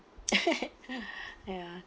ya